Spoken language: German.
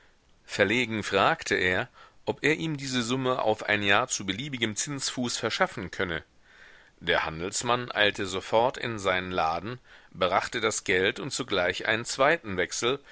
verlegen fragte er ob er ihm diese summe auf ein jahr zu beliebigem zinsfuß verschaffen könne der handelsmann eilte sofort in seinen laden brachte das geld und zugleich einen zweiten wechsel